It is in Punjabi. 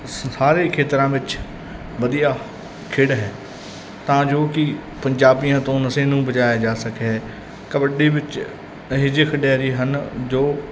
ਸਾਰੇ ਖੇਤਰਾਂ ਵਿੱਚ ਵਧੀਆ ਖੇਡ ਹੈ ਤਾਂ ਜੋ ਕਿ ਪੰਜਾਬੀਆਂ ਤੋਂ ਨਸ਼ੇ ਨੂੰ ਬਚਾਇਆ ਜਾ ਸਕੇ ਕਬੱਡੀ ਵਿੱਚ ਇਹੋ ਜਿਹੇ ਖਿਡਾਰੀ ਹਨ ਜੋ